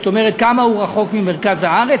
זאת אומרת כמה הוא רחוק ממרכז הארץ,